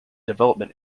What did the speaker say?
development